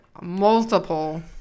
multiple